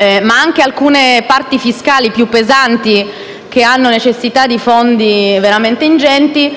e anche alcune parti fiscali più pesanti che hanno necessità di fondi veramente ingenti,